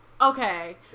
Okay